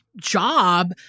job